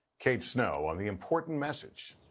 kate snow on the important message.